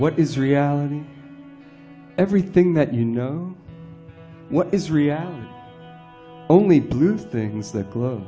what is reality everything that you know what is reality only blue things that g